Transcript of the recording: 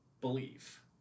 believe